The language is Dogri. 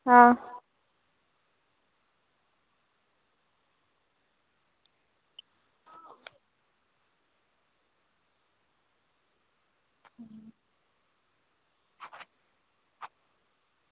आं